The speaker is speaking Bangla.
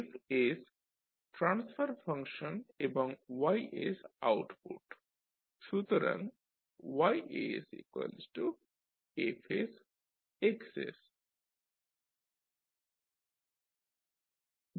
F ট্রান্সফার ফাংশন এবং Y আউটপুট সুতরাং YsFsX